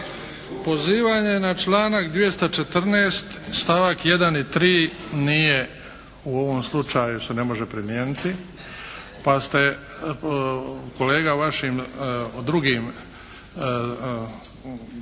Pozivanje na članak 214. stavak 1. i 3. nije u ovom slučaju se ne može primijeniti pa ste kolega vašim drugim traženjem